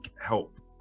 help